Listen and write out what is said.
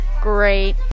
great